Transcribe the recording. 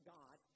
God